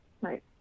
Right